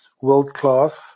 world-class